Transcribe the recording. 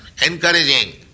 encouraging